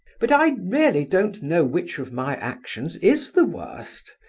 but i really don't know which of my actions is the worst,